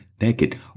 naked